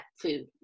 food